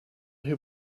who